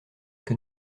que